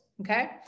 okay